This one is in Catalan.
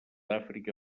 àfrica